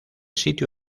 sitio